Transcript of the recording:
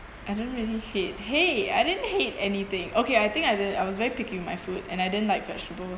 I don't really hate !hey! I didn't hate anything okay I think I did I was very picky with my food and I didn't like vegetables